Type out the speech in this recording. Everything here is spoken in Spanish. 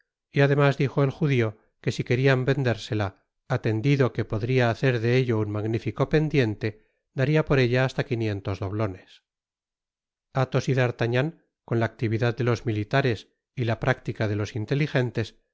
y además dijo et judio que si querian vendérsela atendido que podria hacer de ello un magnifico pendiente daria por ella hasta quinientos doblones athos y dartagnan con la actividad de los'militares y la práctica delos inteligentes